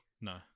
no